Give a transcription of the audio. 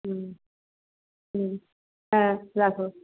হুম হুম হ্যাঁ রাখো